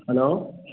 hello